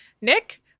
Nick